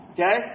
Okay